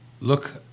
Look